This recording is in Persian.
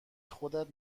خودت